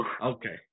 Okay